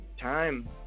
time